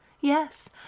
Yes